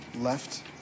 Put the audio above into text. Left